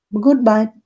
Goodbye